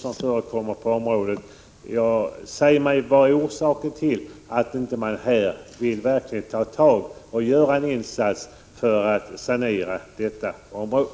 Säg mig vad som är orsaken till att man inte vill ta tag i det och verkligen vill göra en sådan insats!